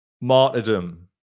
martyrdom